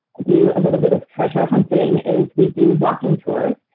do a little bit of treasure hunting is we do walking tours,